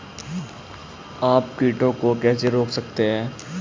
आप कीटों को कैसे रोक सकते हैं?